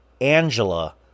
Angela